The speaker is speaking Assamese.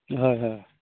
হয় হয়